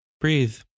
breathe